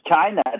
China